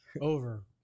Over